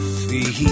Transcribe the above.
feel